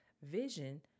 Vision